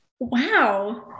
wow